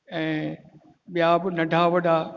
ऐं ॿिया ब नंढा वॾा